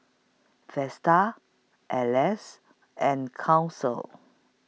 Vesta Elle's and Council